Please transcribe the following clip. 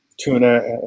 tuna